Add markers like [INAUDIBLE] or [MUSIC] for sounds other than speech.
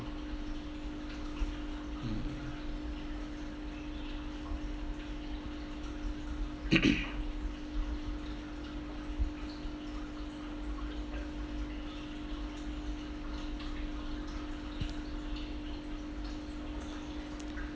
mm [COUGHS]